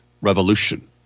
revolution